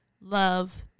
love